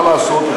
מה לעשות,